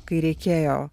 kai reikėjo